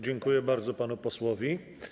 Dziękuję bardzo panu posłowi.